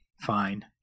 fine